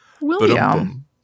william